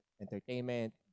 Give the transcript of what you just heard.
Entertainment